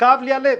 כאב לי הלב.